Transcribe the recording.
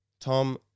Tom